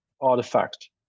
artifact